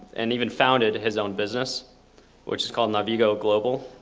and even founded his own business which is called navigo global.